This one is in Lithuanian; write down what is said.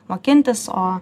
mokintis o